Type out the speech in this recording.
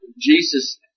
Jesus